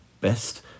best